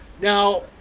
Now